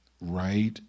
right